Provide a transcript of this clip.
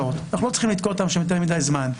אנחנו לא צריכים לתקוע אותם שם יותר מידי זמן.